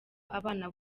abana